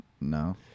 No